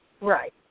right